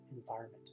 environment